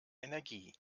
energie